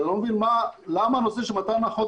אז אני לא מבין למה הנושא של מתן הנחות